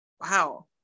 Wow